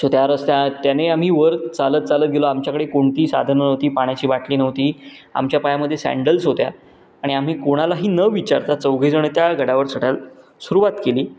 so त्या रस्ता त्याने आम्ही वर चालत चालत गेलो आमच्याकडे कोणतीही साधनं नव्हती पाण्याची बाटली नव्हती आमच्या पायामध्ये सँडल्स होत्या आणि आम्ही कोणालाही न विचारता चौघेजणं त्या गडावर चढायला सुरुवात केली